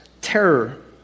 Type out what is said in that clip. Terror